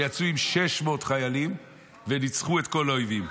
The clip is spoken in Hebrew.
שיצאו עם 600 חיילים וניצחו את כל האויבים.